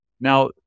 Now